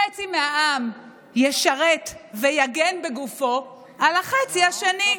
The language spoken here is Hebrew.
חצי מהעם ישרת ויגן בגופו על החצי השני.